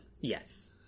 Yes